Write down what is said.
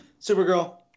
Supergirl